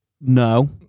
No